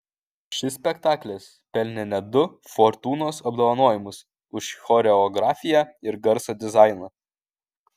šis spektaklis pelnė net du fortūnos apdovanojimus už choreografiją ir garso dizainą